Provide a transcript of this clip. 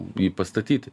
jį pastatyti